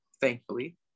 thankfully